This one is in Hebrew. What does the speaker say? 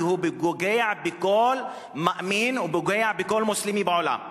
כי הוא פוגע בכל מאמין והוא פוגע בכל מוסלמי בעולם.